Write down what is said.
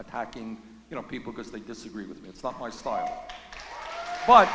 attacking you know people because they disagree with me it's not my style but